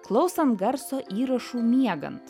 klausant garso įrašų miegant